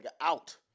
out